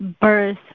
birth